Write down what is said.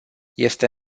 este